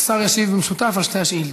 השר ישיב במשותף על שתי השאילתות.